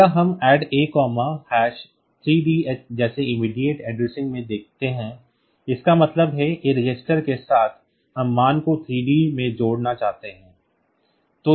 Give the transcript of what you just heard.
अगला हम ADD A3dh जैसे immediate addressing में देखते हैं इसका मतलब है A रजिस्टर के साथ हम मान को 3d में जोड़ना चाहते हैं